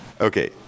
Okay